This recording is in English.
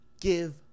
give